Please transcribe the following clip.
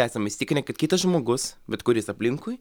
esam įsitikinę kad kitas žmogus bet kuris aplinkui